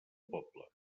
poble